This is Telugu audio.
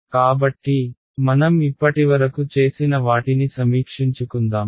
కాబట్టి మనం ఇప్పటివరకు చేసిన వాటిని సమీక్షించుకుందాం